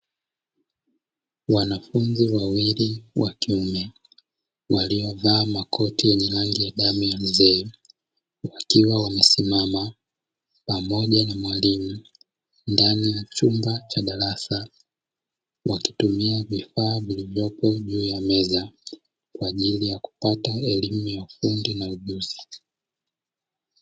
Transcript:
Wanafunzi wawili wa kiume waliovaa makoti yenye rangi ya damu ya mzee wakiwa wamesimama pamoja na mwalimu ndani ya chumba cha darasa wakitumia vifaa vilivyoko juu ya meza kwa ajili ya kupata elimu ya ufundi na ujuzi.